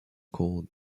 called